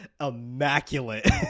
immaculate